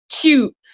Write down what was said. cute